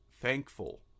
thankful